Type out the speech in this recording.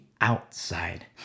outside